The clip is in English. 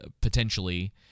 potentially